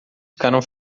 ficaram